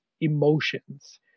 emotions